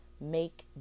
Make